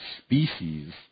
species